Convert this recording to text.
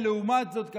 לעומת זאת,